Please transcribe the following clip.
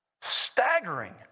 Staggering